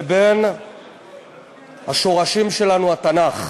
לבין השורשים שלנו, התנ"ך.